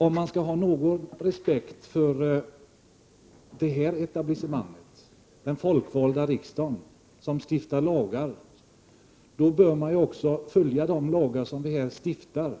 Om man skall ha någon respekt för det etablissemanget, den folkvalda riksdagen som stiftar lagar, då bör man också följa de lagar som vi här stiftar